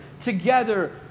together